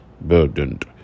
burdened